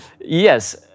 Yes